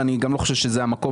להזכיר כמה דברים